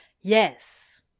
Yes